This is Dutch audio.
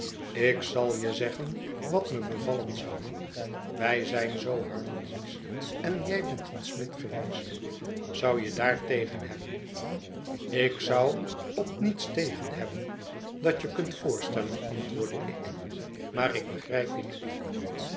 buurt woonden ikzalje zeggenwatme bevallen zou wij zijn zoo harmonisch en je bent een smid geweest zou je daar tegen hebben ik zou op niets tegen hebben dat je kunt voorstellen antwoordde ik maar ikbegrijp je niet